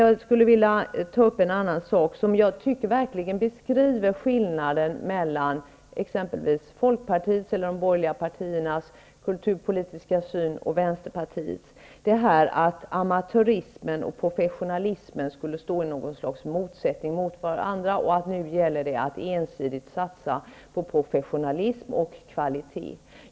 Jag skulle vilja ta upp en annan sak som verkligen belyser skillnaden mellan exempelvis folkpartiets eller de andra borgerliga partiernas kulturpolitiska syn å ena sidan och vänsterpartiets å andra sidan. Jag avser då detta med att amatörismen och professionalismen skulle stå i ett slags motsättning till varandra och att det nu gäller att ensidigt satsa på professionalism och kvalitet.